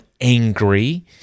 angry